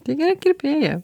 tai gera kirpėja